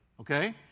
Okay